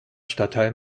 stadtteil